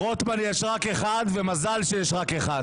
רוטמן יש רק אחד ומזל שיש רק אחד.